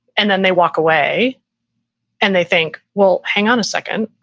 and then they walk away and they think, well, hang on a second.